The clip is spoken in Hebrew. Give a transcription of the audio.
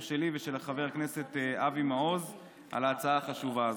שלי ושל חבר הכנסת אבי מעוז על ההצעה החשובה הזו.